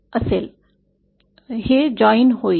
हे जॉइन होईल